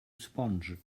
sponge